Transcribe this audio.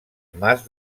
mas